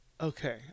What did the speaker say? Okay